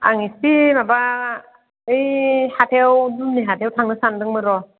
आं एसे माबा ओइ हाथायाव दुमनि हाथायाव थांनो सान्दोंमोन र'